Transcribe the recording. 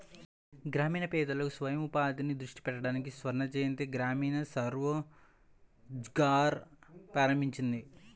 గ్రామీణ పేదలలో స్వయం ఉపాధిని దృష్టి పెట్టడానికి స్వర్ణజయంతి గ్రామీణ స్వరోజ్గార్ ప్రారంభించింది